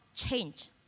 change